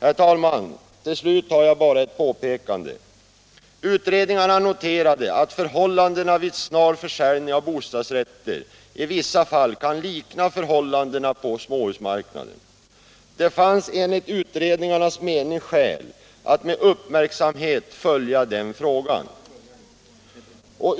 Herr talman! Till slut vill jag bara göra ett påpekande. Utredningarna noterade att förhållandena vid snar försäljning av bostadsrätter i vissa fall kan likna förhållandena på småhusmarknaden. Det fanns enligt utredningarnas mening skäl att med uppmärksamhet följa den frågan.